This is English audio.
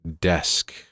desk